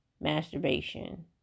masturbation